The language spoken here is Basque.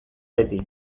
beti